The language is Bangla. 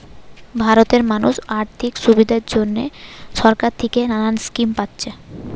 ভারতের মানুষ আর্থিক সুবিধার জন্যে সরকার থিকে নানা স্কিম পাচ্ছে